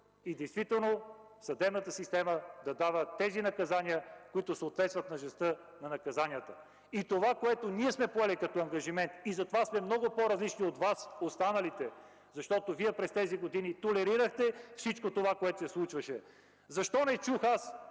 и действително съдебната система да дава тези наказания, които съответстват; тежестта на наказанията. Ние сме поели ангажимент и затова сме много по-различни от Вас – останалите, защото Вие през тези години толерирахте всичко това, което се случваше. Защо аз не чух